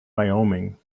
wyoming